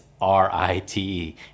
r-i-t-e